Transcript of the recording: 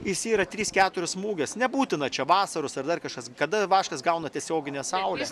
jis yra tris keturis smūges nebūtina čia vasaros ar dar kažkas kada vaškas gauna tiesioginės saulės